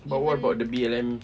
what about the B_L_M